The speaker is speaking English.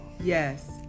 Yes